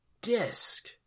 disc